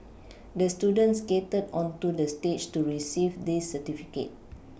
the student skated onto the stage to receive this certificate